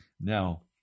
Now